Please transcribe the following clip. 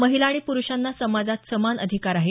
महिला आणि प्रुषांना समाजात समान अधिकार आहे